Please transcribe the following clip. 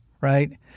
right